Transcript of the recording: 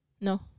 No